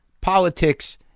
politics